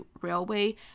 Railway